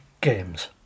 games